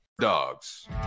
Dogs